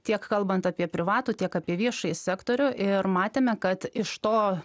tiek kalbant apie privatų tiek apie viešąjį sektorių ir matėme kad iš to